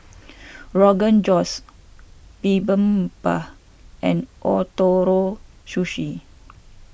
Rogan Josh Bibimbap and Ootoro Sushi